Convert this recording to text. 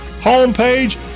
homepage